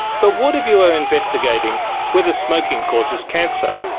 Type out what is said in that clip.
but what if you were investigating whether smoking causes cancer?